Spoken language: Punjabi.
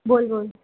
ਬੋਲ ਬੋਲ